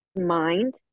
mind